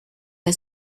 her